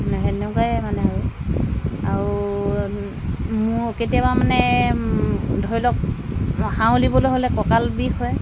সেনেকুৱাই মানে আৰু মোৰ কেতিয়াবা মানে ধৰি লওক হাওলিবলৈ হ'লে কঁকাল বিষ হয়